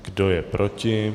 Kdo je proti?